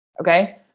Okay